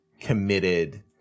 committed